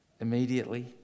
immediately